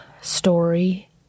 story